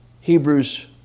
Hebrews